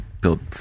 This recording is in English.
build